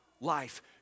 life